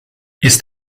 ist